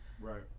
right